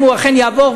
אם הוא אכן יעבור,